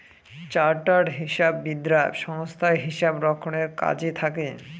chartered হিসাববিদরা সংস্থায় হিসাব রক্ষণের কাজে থাকে